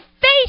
face